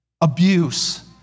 abuse